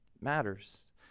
matters